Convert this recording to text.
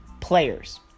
players